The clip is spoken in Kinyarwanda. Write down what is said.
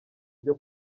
byo